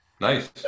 Nice